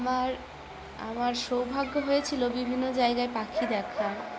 আমার আমার সৌভাগ্য হয়েছিলো বিভিন্ন জায়গায় পাখি দেখার